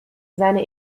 seine